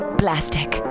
plastic